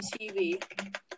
TV